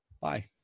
Bye